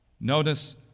Notice